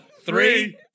three